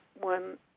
one